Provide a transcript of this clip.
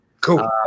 Cool